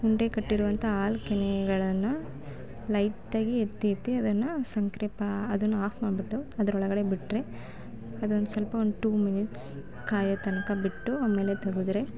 ಉಂಡೆ ಕಟ್ಟಿರೋವಂಥ ಹಾಲು ಕೆನೆಗಳನ್ನು ಲೈಟಾಗಿ ಎತ್ತಿ ಎತ್ತಿ ಅದನ್ನು ಸಕ್ರೆ ಪಾ ಅದನ್ನು ಆಫ್ ಮಾಡಿಬಿಟ್ಟು ಅದರೊಳಗಡೆ ಬಿಟ್ಟರೆ ಅದೊಂದು ಸ್ವಲ್ಪ ಒಂದು ಟು ಮಿನಿಟ್ಸ್ ಕಾಯೋ ತನಕ ಬಿಟ್ಟು ಆಮೇಲೆ ತೆಗೆದ್ರೆ